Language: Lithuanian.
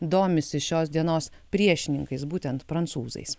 domisi šios dienos priešininkais būtent prancūzais